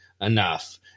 enough